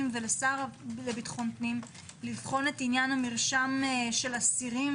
ולשר לביטחון פנים לבחון את עניין המרשם של אסירים